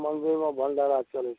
मन्दिरमे भंडारा चलै छै